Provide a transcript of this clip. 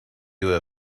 you